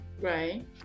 right